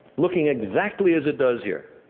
looking exactly as it does here,